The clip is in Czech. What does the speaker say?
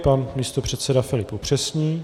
Pan místopředseda Filip upřesní.